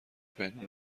پنهون